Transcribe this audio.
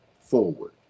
forward